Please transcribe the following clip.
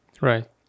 Right